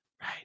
Right